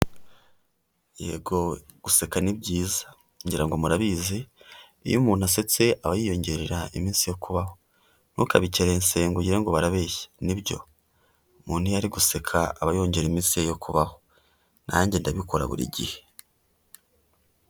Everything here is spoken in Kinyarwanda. Yego guseka ni byiza, ngira ngo murabizi, iyo umuntu asetse aba yiyongerera iminsi yo kubaho, ntukabikerense ugire ngo barabeshya nibyo, umuntu iyo ari guseka, aba yongera iminsi ye yo kubaho, nanjye ndabikora buri gihe.